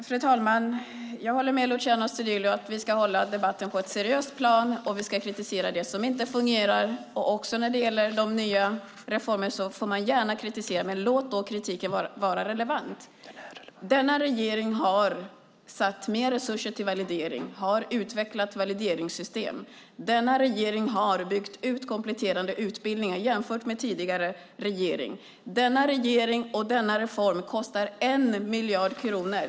Fru talman! Jag håller med Luciano Astudillo om att vi ska ha hålla debatten på ett seriöst plan och att vi ska kritisera det som inte fungerar. Också de nya reformerna får man gärna kritisera, men låt då kritiken vara relevant. Denna regering har avsatt mer resurser till validering och utveckling av valideringssystem. Denna regering har, jämfört med tidigare regering, byggt ut kompletterande utbildningar. Denna reform kostar 1 miljard kronor.